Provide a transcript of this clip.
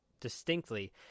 distinctly